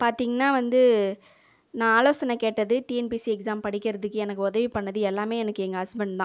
பார்த்தீங்கன்னா வந்து நான் ஆலோசனை கேட்டது டிஎன்பிஎஸ்சி எக்ஸாம் படிக்கிறதுக்கு எனக்கு உதவி பண்ணது எல்லாமே எனக்கு எங்கள் ஹஸ்பண்ட் தான்